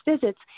visits